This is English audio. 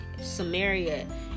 Samaria